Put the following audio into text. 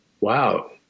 Wow